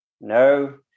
No